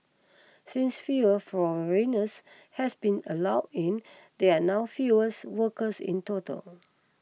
since fewer foreigners has been allowed in there are now workers in total